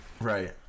Right